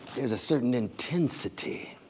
there's a certain intensity,